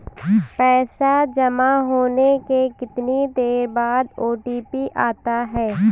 पैसा जमा होने के कितनी देर बाद ओ.टी.पी आता है?